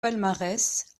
palmarès